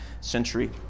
century